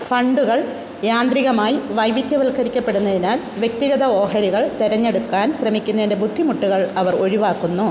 ഫണ്ടുകൾ യാന്ത്രികമായി വൈവിധ്യവൽക്കരിക്കപ്പെടുന്നതിനാൽ വ്യക്തിഗത ഓഹരികൾ തെരഞ്ഞെടുക്കാൻ ശ്രമിക്കുന്നതിൻ്റെ ബുദ്ധിമുട്ടുകൾ അവർ ഒഴിവാക്കുന്നു